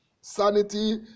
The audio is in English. sanity